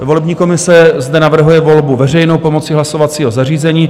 Volební komise zde navrhuje volbu veřejnou pomocí hlasovacího zařízení.